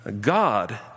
God